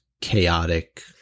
chaotic